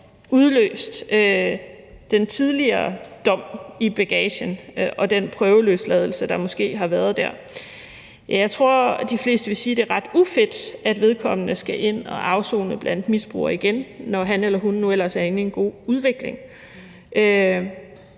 udløst den tidligere dom i bagagen med den prøvetid , der måske har været der? Jeg tror, de fleste vil sige, at det er ret ufedt, at vedkommende skal ind og afsone blandt misbrugere igen, når han eller hun nu ellers er inde i en god udvikling,